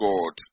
God